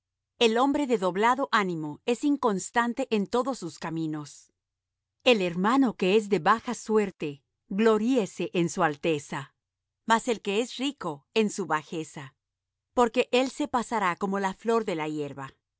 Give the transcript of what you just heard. el hombre de doblado ánimo es inconstante en todos sus caminos el hermano que es de baja suerte gloríese en su alteza mas el que es rico en su bajeza porque él se pasará como la flor de la hierba